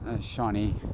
shiny